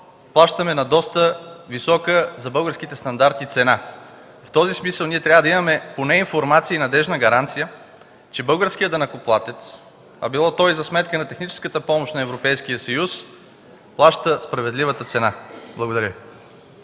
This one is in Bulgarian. плащаме, и то на доста висока за българските стандарти цена. В този смисъл ние трябва да имаме поне информация и надеждна гаранция, че българският данъкоплатец, било то и за сметка на техническата помощ на Европейския съюз, плаща справедливата цена. Благодаря